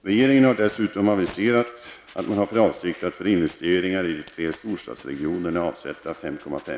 Regeringen har dessutom aviserat att man har för avsikt att för investeringar i tätorterna avsätta 5,5